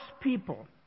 people